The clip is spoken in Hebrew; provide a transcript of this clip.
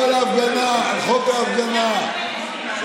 שמרנו על זכות ההפגנה,